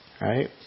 Right